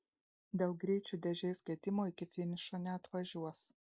dėl greičių dėžės gedimo iki finišo neatvažiuos